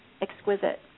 exquisite